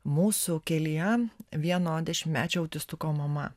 mūsų kelyje vieno dešimtmečio autistuko mama